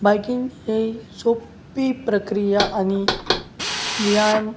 biking ही सोपी प्रक्रिया आणि व्यायाम